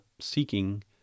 seeking